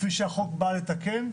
כפי שהחוק בא לתקן.